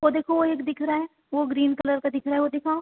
वो देखो वो एक दिख रहा है वो ग्रीन कलर का दिख रहा है वो दिखाओ